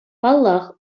паллах